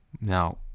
Now